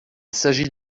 s’agit